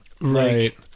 Right